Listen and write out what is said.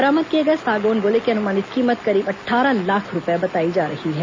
बरामद किए गए सागौन गोले की अनुमानित कीमत करीब अट्ठारह लाख रूपये बताई जा रही है